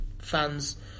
fans